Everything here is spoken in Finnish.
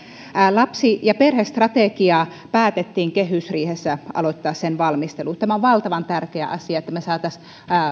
lapsi ja perhestrategian valmistelu päätettiin aloittaa kehysriihessä tämä on valtavan tärkeä asia että me saisimme